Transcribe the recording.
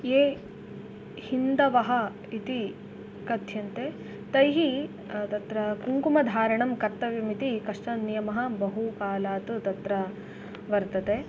ये हिन्दवः इति कथ्यन्ते तैः तत्र कुङ्कुमधारणं कर्तव्यम् इति कश्चन नियमः बहुकालात् तत्र वर्तते